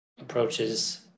approaches